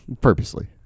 Purposely